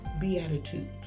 Beatitudes